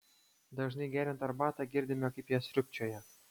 dažnai geriant arbatą girdime kaip ją sriubčioja